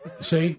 See